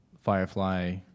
Firefly